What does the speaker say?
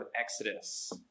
Exodus